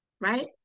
right